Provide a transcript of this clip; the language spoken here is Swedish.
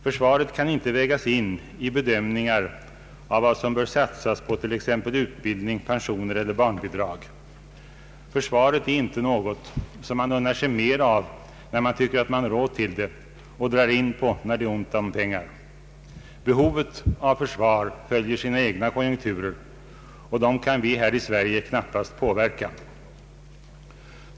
Försvaret kan inte vägas in i bedömningar av vad som bör satsas på t.ex. utbildning, pensioner eller barnbidrag. Försvaret är inte något som man unnar sig mer av när man tycker att man har råd till det och drar in på när det är ont om pengar. Behovet av försvar följer sina egna konjunkturer, och dem kan vi här i Sverige knappast påverka.